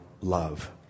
love